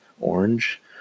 orange